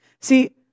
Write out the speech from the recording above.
See